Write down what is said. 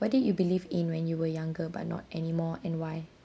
what did you believe in when you were younger but not anymore and why